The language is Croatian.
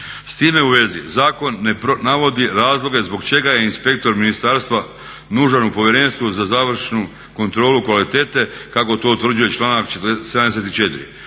S time u vezi zakon ne navodi razloge zbog čega je inspektor ministarstva nužan u povjerenstvu za završnu kontrolu kvalitete kako to utvrđuje članak 74.